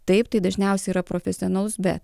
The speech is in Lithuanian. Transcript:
taip tai dažniausiai yra profesionalus bet